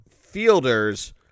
fielders